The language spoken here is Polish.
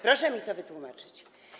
Proszę mi to wytłumaczyć.